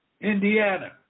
Indiana